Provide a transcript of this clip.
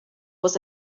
was